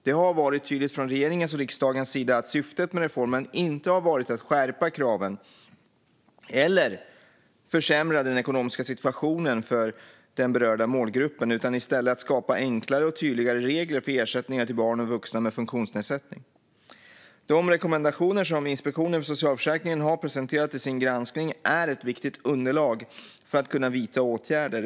Det har varit tydligt från regeringens och riksdagens sida att syftet med reformen inte har varit att skärpa kraven eller försämra den ekonomiska situationen för den berörda målgruppen utan i stället att skapa enklare och tydligare regler för ersättningar till barn och vuxna med funktionsnedsättning. De rekommendationer som Inspektionen för socialförsäkringen har presenterat i sin granskning är ett viktigt underlag för att kunna vidta åtgärder.